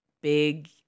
big